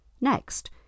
Next